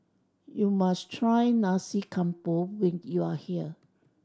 you must try Nasi Campur when you are here